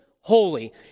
holy